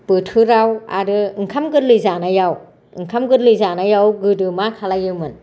बोथोराव आरो ओंखाम गोरलै जानायाव ओंखाम गोरलै जानायाव गोदो मा खालामोमोन